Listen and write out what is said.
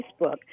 Facebook